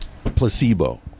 Placebo